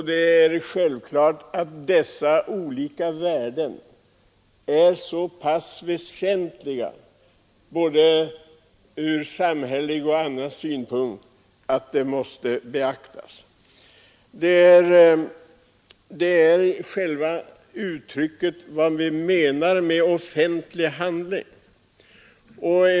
Det är själklart att dessa olika värden är så pass väsentliga, ur både samhällelig och annan synpunkt, att de måste beaktas. Vad det gäller är frågan vad vi avser med begreppet offentlig handling.